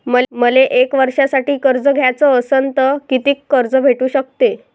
मले एक वर्षासाठी कर्ज घ्याचं असनं त कितीक कर्ज भेटू शकते?